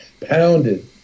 Pounded